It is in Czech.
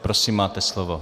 Prosím, máte slovo.